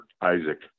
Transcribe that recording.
Isaac